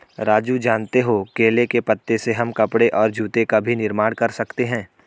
राजू जानते हो केले के पत्ते से हम कपड़े और जूते का भी निर्माण कर सकते हैं